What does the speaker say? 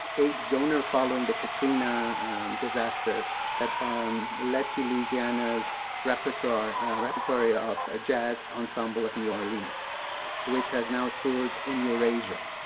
aid donor following the katrina disaster that led to louisiana's repertoire repertoire of a jazz ensemble of new orleans which has now toured in eurasia.